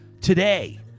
today